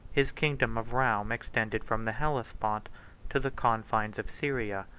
his kingdom of roum extended from the hellespont to the confines of syria,